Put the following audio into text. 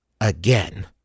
again